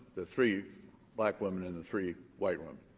the three black women and the three white women.